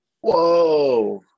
Whoa